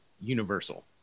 Universal